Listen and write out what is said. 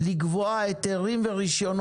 על מנת לקבוע בה היתרים ורישיונות.